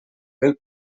mil